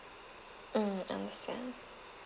mm understand